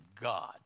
God